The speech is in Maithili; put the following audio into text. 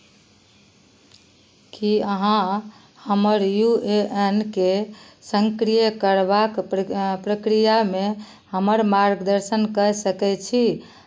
की अहाँ हमर यू ए एन के सक्रिय करबाक प्र प्रक्रियामे हमर मार्गदर्शन कय सकैत छी